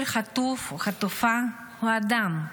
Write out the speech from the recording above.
כל חטוף וחטופה הוא אדם,